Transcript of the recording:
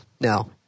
no